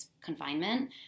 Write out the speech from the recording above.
confinement